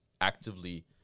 actively